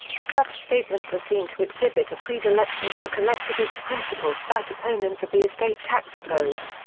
such statements are seen to exhibit a predilection for collectivist principles that opponents of the estate tax oppose.